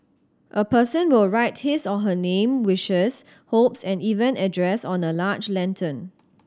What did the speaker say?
a person will write his or her name wishes hopes and even address on a large lantern